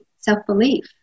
self-belief